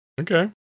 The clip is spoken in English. Okay